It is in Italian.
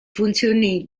funzioni